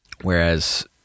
whereas